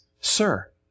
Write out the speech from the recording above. sir